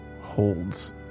holds